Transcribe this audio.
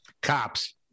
Cops